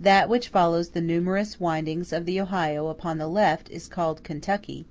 that which follows the numerous windings of the ohio upon the left is called kentucky,